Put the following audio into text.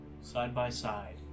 side-by-side